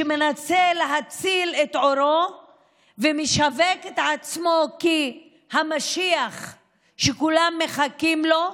שמנסה להציל את עורו ומשווק את עצמו כמשיח שכולם מחכים לו,